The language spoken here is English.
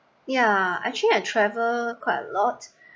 ya actually I travel quite a lot